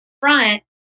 front